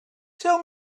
tell